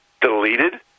deleted